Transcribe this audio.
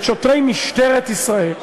את שוטרי משטרת ישראל.